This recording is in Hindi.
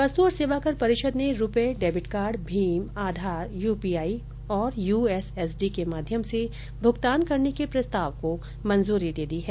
वस्त और सेवाकर परिषद ने रुपे डेबिट कार्ड भीम आधार यूपीआई और यूएसएसडी के माध्यम से भूगतान करने के प्रस्ताव को मंजूरी दे दी है